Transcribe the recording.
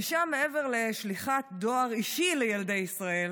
ושם, מעבר לשליחת דואר אישי לילדי ישראל,